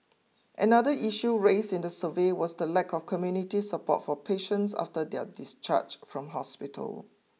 another issue raised in the survey was the lack of community support for patients after their discharge from hospital